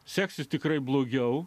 seksis tikrai blogiau